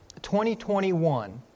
2021